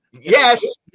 Yes